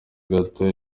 gato